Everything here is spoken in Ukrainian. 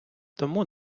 тому